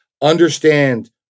Understand